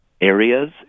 areas